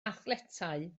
athletau